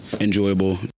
enjoyable